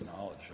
knowledge